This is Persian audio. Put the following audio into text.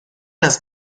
است